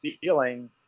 feeling